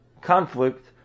conflict